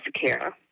care